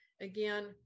Again